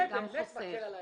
זה באמת מקל על האזרח.